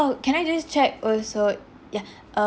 can I just check also ya err